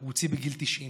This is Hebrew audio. הוא הוציא בגיל 90,